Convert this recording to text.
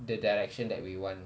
the direction that we want